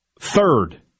third